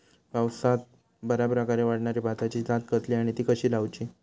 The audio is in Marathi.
पावसात बऱ्याप्रकारे वाढणारी भाताची जात कसली आणि ती कशी लाऊची?